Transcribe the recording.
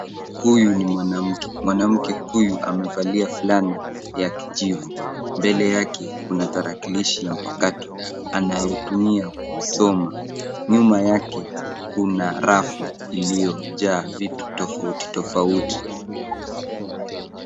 Huyu ni mwanamke, mwanamke huyu amevalia fulana ya kijivu mbele yake kuna tarakilishi ya mpakato anayoitumia kusoma. Nyuma yake kuna rafu iliyojaa vitu tofauti tofauti.